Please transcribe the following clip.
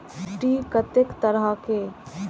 मिट्टी कतेक तरह के?